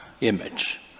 image